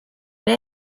ere